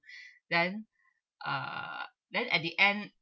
then uh then at the end